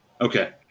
okay